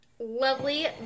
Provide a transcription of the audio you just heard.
lovely